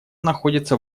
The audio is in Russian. находятся